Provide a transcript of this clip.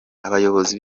abayobozi